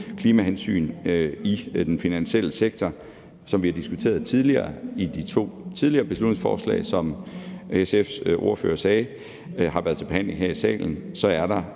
klimahensyn i den finansielle sektor. Som vi har diskuteret ved de to tidligere beslutningsforslag, som har været til behandling her i salen, som